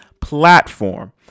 platform